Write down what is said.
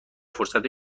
فرصت